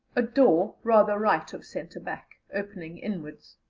a door rather right of centre back opening inwards.